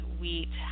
wheat